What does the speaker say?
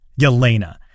Yelena